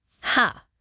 Ha